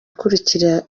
ikurikira